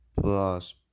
plus